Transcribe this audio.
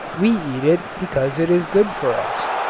we eat it because it is good for us.